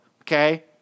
okay